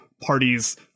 parties